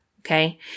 Okay